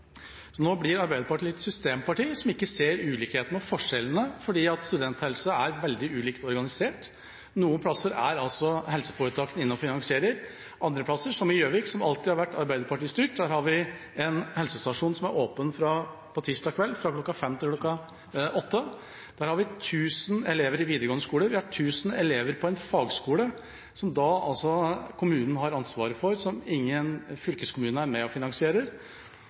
Nå blir Arbeiderpartiet litt et systemparti, som ikke ser ulikhetene og forskjellene fordi studenthelse er veldig ulikt organisert. Noen plasser er helseforetakene inne og finansierer, mens f.eks. i Gjøvik, som alltid har vært arbeiderpartistyrt, har vi en helsestasjon som er åpen på tirsdag kveld fra kl. 17.00 til kl. 20.00. Der har vi 1 000 elever i videregående skole, vi har 1 000 elever på en fagskole, som kommunen altså har ansvaret for, som ingen fylkeskommuner er med og finansierer,